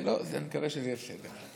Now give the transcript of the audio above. לא, אני מקווה שזה יהיה בסדר.